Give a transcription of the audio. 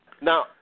Now